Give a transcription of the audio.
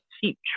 cheap